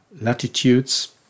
latitudes